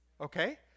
Okay